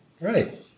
Right